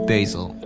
Basil